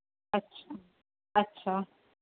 अच्छा अच्छा